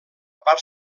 part